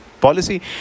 policy